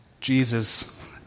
Jesus